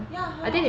ya hor